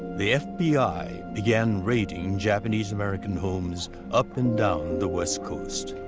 the fbi began raiding japanese american homes up and down the west coast.